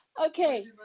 Okay